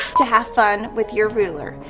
to have fun with your ruler.